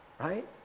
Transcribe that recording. right